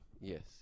Yes